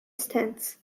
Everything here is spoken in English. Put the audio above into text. stands